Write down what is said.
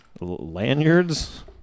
lanyards